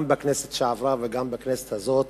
גם בכנסת שעברה וגם בכנסת הזאת,